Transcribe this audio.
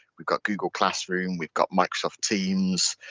we've got google classroom, we've got microsoft teams,